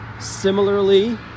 Similarly